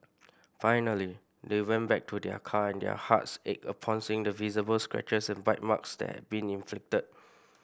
finally they went back to their car and their hearts ached upon seeing the visible scratches and bite marks that had been inflicted